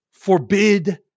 forbid